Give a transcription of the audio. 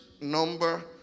number